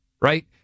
right